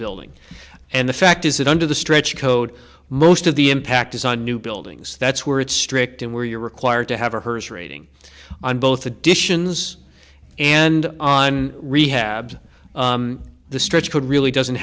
building and the fact is that under the stretch code most of the impact is on new buildings that's where it's strict and where you're required to have a hearse rating on both additions and on rehab the stretch could really doesn't